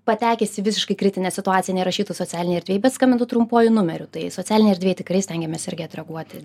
patekęs į visiškai kritinę situaciją nerašytų socialinėj erdvėj bet skambintų trumpuoju numeriu tai socialinėj erdvėj tikrai stengiamės irgi atreaguoti